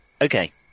Okay